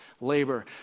labor